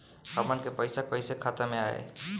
हमन के पईसा कइसे खाता में आय?